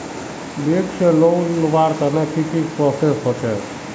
Bank से loan लुबार तने की की प्रोसेस होचे?